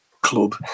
club